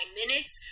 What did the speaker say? minutes